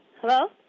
hello